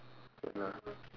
ya lah